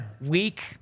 week